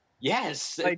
Yes